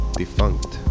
defunct